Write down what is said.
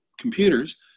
computers